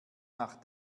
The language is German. nach